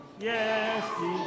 Yes